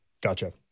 Gotcha